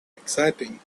exciting